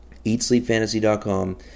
EatSleepFantasy.com